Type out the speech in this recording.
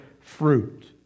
fruit